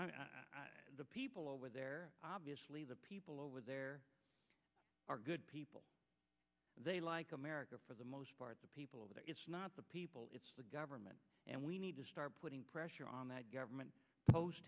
know the people over there obviously the people over there are good people they like america for the most part the people over there it's not the people it's the government and we need to start putting pressure on that government